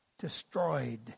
destroyed